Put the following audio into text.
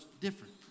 different